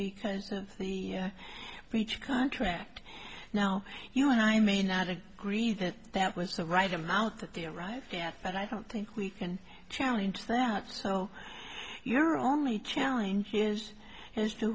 because of the breach of contract now you know and i may not agree that that was the right amount that they arrived yet but i don't think we can challenge that so your only challenge is as to